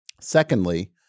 Secondly